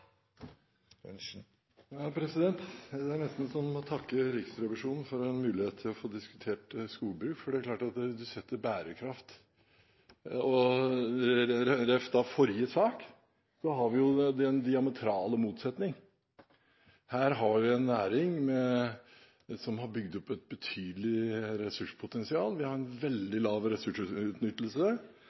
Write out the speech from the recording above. Riksrevisjonen for en mulighet til å få diskutert skogbruk. Når det gjelder bærekraft, har vi i forhold til forrige sak den diametrale motsetning. Her har vi en næring som har bygd opp et betydelig ressurspotensial. Vi har en veldig lav ressursutnyttelse,